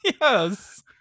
yes